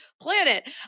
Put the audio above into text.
planet